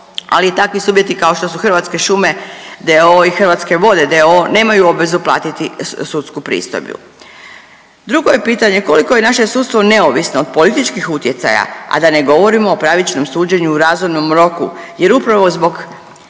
ali i takvi subjekti kao što su Hrvatske šume d.o.o. i Hrvatske vode d.o.o. nemaju obvezu platiti sudsku pristojbu. Drugo je pitanje koliko je naše sudstvo neovisno od političkih utjecaja, a da ne govorimo o pravičnom suđenju u razumnom roku jer upravo zbog